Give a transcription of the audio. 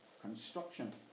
construction